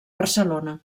barcelona